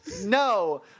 No